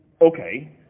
Okay